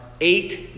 eight